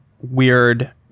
weird